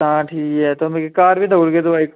तां ठीक ऐ घर बी देई ओड़गे दुआई